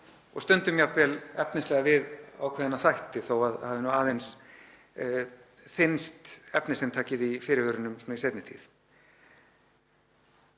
stundum jafnvel efnislega við ákveðna þætti, þótt það hafi aðeins þynnst efnisinntakið í fyrirvörunum í seinni tíð.